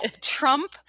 Trump